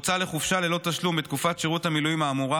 והוצא לחופשה ללא תשלום מתקופת שירות המילואים האמורה,